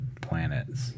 planets